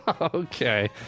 okay